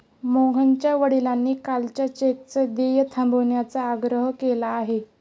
मोहनच्या वडिलांनी कालच्या चेकचं देय थांबवण्याचा आग्रह केला आहे